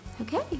Okay